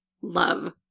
love